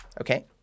okay